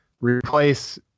replace